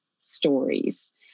stories